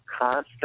constant